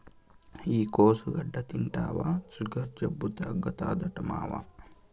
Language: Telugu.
ఈ కోసుగడ్డ తింటివా సుగర్ జబ్బు తగ్గుతాదట మామా